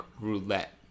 roulette